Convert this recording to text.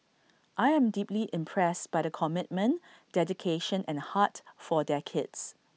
I am deeply impressed by the commitment dedication and heart for their kids